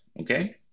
Okay